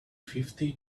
fifty